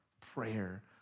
prayer